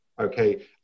okay